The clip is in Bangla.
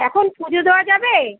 এখন পুজো দেওয়া যাবে